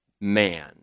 man